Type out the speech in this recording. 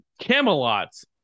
Camelot's